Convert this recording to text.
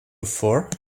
before